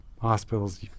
hospitals